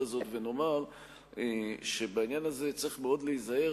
הזאת ונאמר שבעניין הזה צריך מאוד להיזהר,